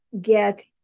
get